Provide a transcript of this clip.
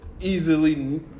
easily